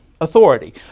authority